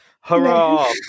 Hurrah